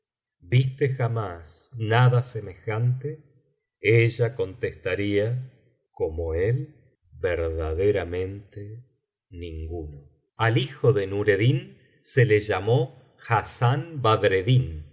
viste jamás nada semejante ella contestaría como él verdaderamente ninguno al hijo de nureddin se le llamó hassán